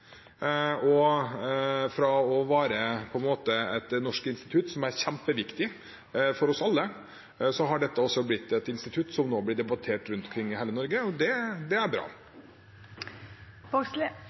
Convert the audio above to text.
Fra på en måte å være et norsk institutt som er kjempeviktig for oss alle, har dette også blitt et institutt som nå blir diskutert rundt omkring i hele Norge, og det er